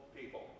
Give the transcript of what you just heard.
people